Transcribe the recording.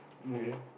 okay